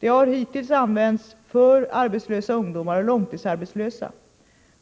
Det har hittills använts för arbetslösa ungdomar och långtidsarbetslösa.